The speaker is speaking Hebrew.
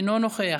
אינו נוכח,